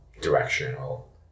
directional